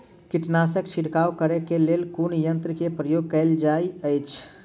कीटनासक छिड़काव करे केँ लेल कुन यंत्र केँ प्रयोग कैल जाइत अछि?